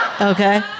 okay